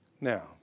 Now